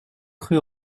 cru